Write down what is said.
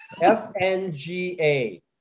f-n-g-a